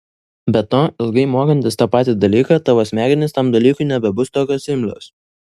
be to ilgai mokantis tą patį dalyką tavo smegenys tam dalykui nebebus tokios imlios